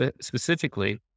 specifically